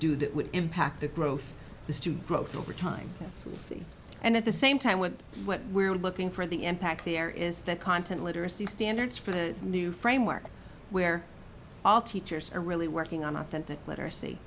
do that would impact the growth the stew growth over time so we'll see and at the same time with what we're looking for the impact there is that content literacy standards for the new framework where all teachers are really working on attentive literacy